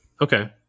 Okay